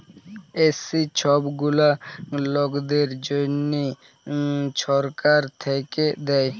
SC ছব গুলা লকদের জ্যনহে ছরকার থ্যাইকে দেয়